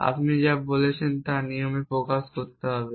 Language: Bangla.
এবং আপনি যা বলতে চান তা নিয়মে প্রকাশ করতে হবে